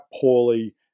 poorly